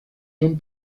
son